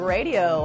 Radio